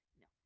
No